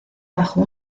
bajo